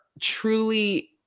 truly